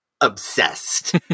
obsessed